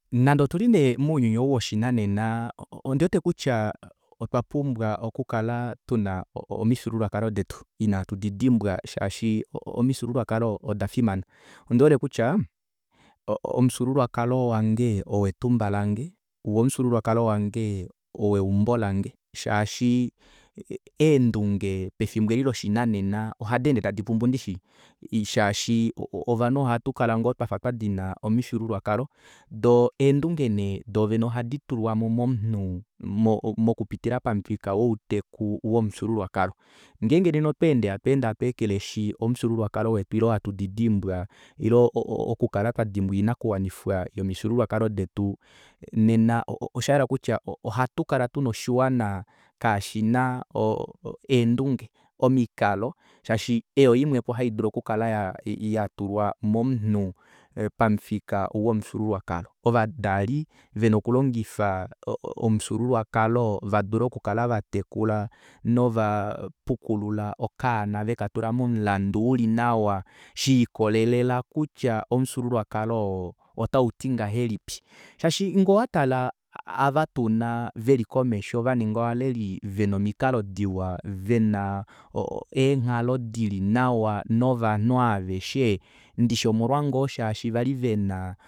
Nande otuli nee mounyuni ou woshinanena ondiwete kutya otwa pumbwa okukala tuna omifyuululwakalo detu inatudidimbwa shaashi omifyuululwakalo odafimana ondihole kutya o- o- omufyuululwakalo wange oo etumba lange woo omufyuululwakalo wange oo eumbo lange shaashi eendunge pefimbo eli loshinanena ohadeende tadi pumbu ndishi shaashi ovanhu ohatukala ngoo twafa twadina omifyuululwakalo doo endunge nee doovene ohadi tulwamo momunhu mokupitila pamufika wouteku womufyuululwakalo ngeenge nena otwa ende hatweekeleshi omufyuululwa kalo wetu ile hatu didimbwa ile okukala o- o- okukala twadimbwa oinakuwanifwa yomifyuululwakalo detu nena oshahala kutya ohatukala tuna oshiwana kashina eendunge omikalo shaashi eyi oyimwepo haidulu okukala yatulwa momunhu pamufika womufyuululwakalo ovadali vena okulongifa omufyuululwakalo vadule okukala vatekula novapukulula okaana veka tula momulandu uli nawa shiikolela kutya omufyuululwakalo oo otauti ngahelipi shaashi ngowatale avatuna veli komesho vaninga omikalo vena eenghalo dili nawa novanhu aaveshe ndishi omolwa ngoo shashi vali vena